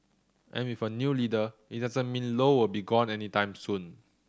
and with a new leader it doesn't mean Low will be gone anytime soon